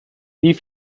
wie